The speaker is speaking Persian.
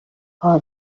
کار